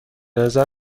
نظر